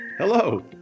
Hello